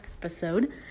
episode